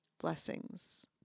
Blessings